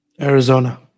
arizona